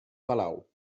palau